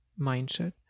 mindset